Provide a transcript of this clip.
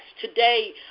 today